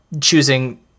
choosing